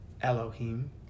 Elohim